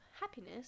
happiness